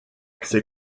ces